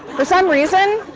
for some reason,